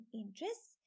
interests